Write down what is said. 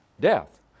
Death